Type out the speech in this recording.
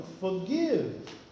forgive